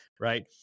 right